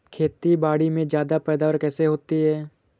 खेतीबाड़ी में ज्यादा पैदावार कैसे होती है?